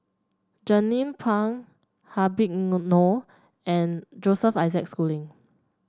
Jernnine Pang Habib Noh Noh and Joseph Isaac Schooling